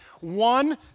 One